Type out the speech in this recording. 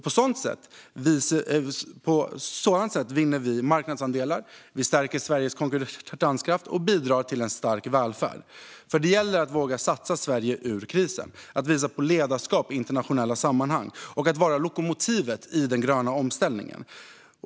På så sätt vinner vi marknadsandelar, stärker Sveriges konkurrenskraft och bidrar till en stark välfärd. Det gäller nämligen att våga satsa Sverige ur krisen, visa på ledarskap i internationella sammanhang och vara lokomotivet i den gröna omställningen.